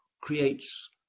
creates